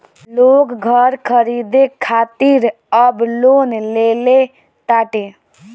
लोग घर खरीदे खातिर अब लोन लेले ताटे